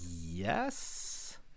Yes